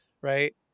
right